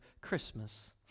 Christmas